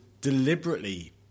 deliberately